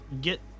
get